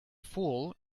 fool